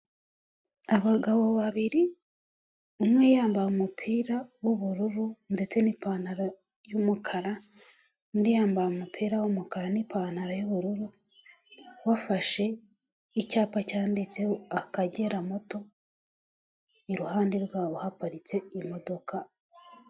Abagabo babiri umwe yambaye umupira w'ubururu ndetse n'ipantaro y'umukara undi yambaye umupira w'umukara n'ipantaro y'ubururu bafashe icyapa cyanditseho Akagera moto, iruhande rwabo haparitse imodoka.